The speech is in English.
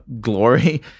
glory